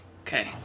Okay